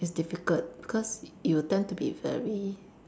it's difficult because you will tend to be very